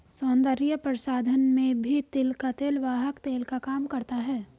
सौन्दर्य प्रसाधन में भी तिल का तेल वाहक तेल का काम करता है